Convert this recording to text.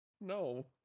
no